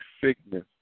sickness